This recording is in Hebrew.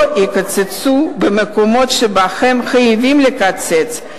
לא יקצצו במקומות שבהם חייבים לקצץ,